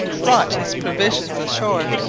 brought his provisions ashore,